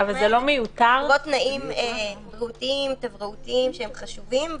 האלה ובהם תנאים בריאותיים ותברואתיים שהם חשובים.